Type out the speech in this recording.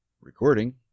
Recording